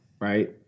right